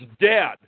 dead